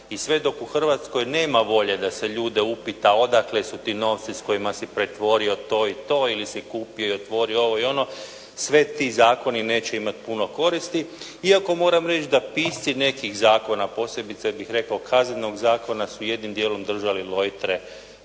I sve dok u Hrvatskoj nema volje da se ljude upita, odakle su ti novci s kojima si pretvorio to i to ili si kupio i otvorio ovo i ono, sve ti zakoni neće imati puno koristi, iako moram reći da pisci nekih zakona, a posebice bih rekao Kaznenog zakona su jednim dijelom držali lojtre